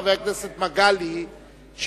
חבר הכנסת מגלי והבה,